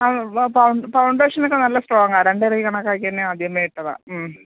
ഫൗണ്ടേഷനൊക്കെ നല്ല സ്ട്രോങ്ങാണ് രണ്ട കണക്കാക്കി തന്നെ ആദ്യമേ ഇട്ടതാണ്